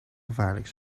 gevaarlijk